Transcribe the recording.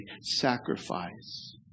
sacrifice